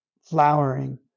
flowering